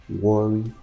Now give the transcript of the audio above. worry